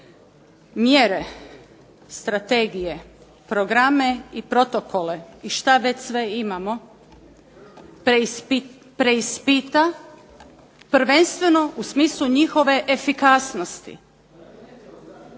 mjere, strategije, programe i protokole i što već sve imamo preispita prvenstveno u smislu njihove efikasnosti.